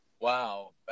Wow